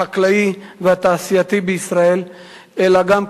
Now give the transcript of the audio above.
החקלאי והתעשייתי בישראל אלא גם,